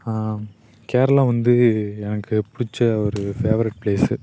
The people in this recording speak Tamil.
கேரளா வந்து எனக்கு பிடிச்ச ஒரு ஃபேவரட் பிளேஸ்